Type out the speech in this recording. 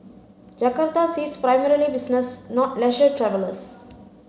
Jakarta sees primarily business not leisure travellers